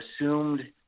assumed